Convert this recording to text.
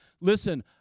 listen